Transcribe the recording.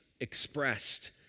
expressed